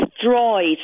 destroyed